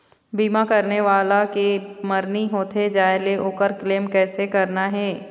बीमा करने वाला के मरनी होथे जाय ले, ओकर क्लेम कैसे करना हे?